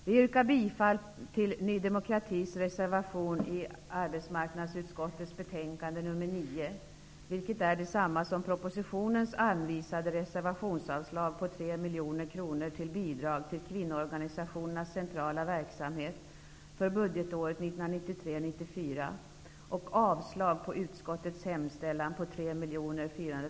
Vi yrkar bifall till Ny demokratis reservation till arbetsmarknadsutskottets betänkande nr 9, dvs.